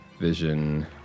Vision